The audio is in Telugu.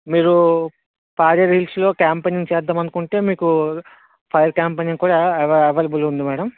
మీరు పాడేరు హిల్స్లో క్యాంపెనింగ్ చేద్దామనుకుంటే మీకు ఫైర్ క్యాంపెనింగ్ కూడా అవైలబుల్ ఉంది మ్యాడమ్